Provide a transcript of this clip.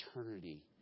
eternity